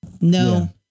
No